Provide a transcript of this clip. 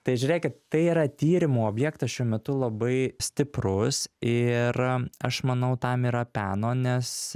tai žiūrėkit tai yra tyrimų objektas šiuo metu labai stiprus ir aš manau tam yra peno nes